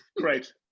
great